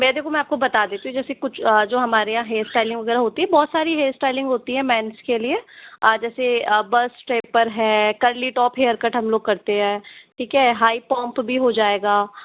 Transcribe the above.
भैया देखो में आपको बता देती हूँ जैसे कुछ जो हमारे यहाँ हेयर स्टाइलिंग वगैरह होती है बहुत सारी हेयर स्टाइलिंग होती है मैंस के लिए जैसे बस स्टेपर है कर्ली टॉप हेयर कट हम लोग करते है ठीक है हाई पौंम्प भी हो जायेगा